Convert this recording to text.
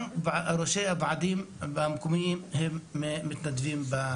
גם ראשי הוועדים המקומיים הם מתנדבים.